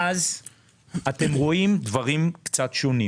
אז אתם רואים דברים קצת שונים.